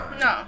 No